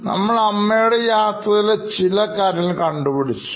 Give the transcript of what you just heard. നമ്മൾ അമ്മയുടെയാത്രയിലെ ചില കാര്യങ്ങൾ കണ്ടുപിടിച്ചു